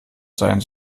sein